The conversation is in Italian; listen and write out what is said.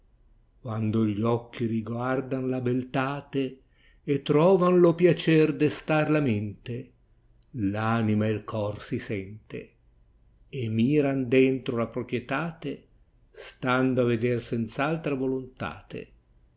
quando gli occhi riguardan la heltate e troyan lo piacer destar la mente l anima e il cor si sente miran dentro la propietate stando a veder senz altra tolontate